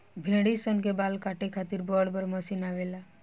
भेड़ी सन के बाल काटे खातिर बड़ बड़ मशीन आवेला